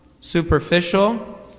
superficial